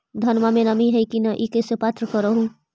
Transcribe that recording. धनमा मे नमी है की न ई कैसे पात्र कर हू?